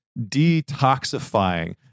detoxifying